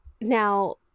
Now